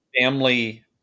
family